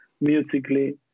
musically